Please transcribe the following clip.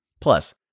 Plus